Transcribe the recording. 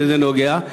וזה נוגע,